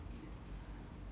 the